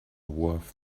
worth